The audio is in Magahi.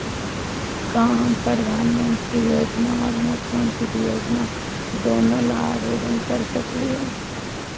का हम प्रधानमंत्री योजना और मुख्यमंत्री योजना दोनों ला आवेदन कर सकली हई?